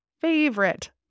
favorite